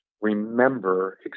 remember